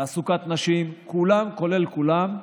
תעסוקת נשים, כולם כולל כולם,